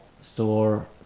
store